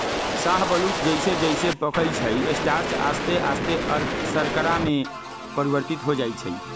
शाहबलूत जइसे जइसे पकइ छइ स्टार्च आश्ते आस्ते शर्करा में परिवर्तित हो जाइ छइ